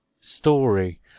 story